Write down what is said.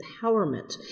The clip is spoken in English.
empowerment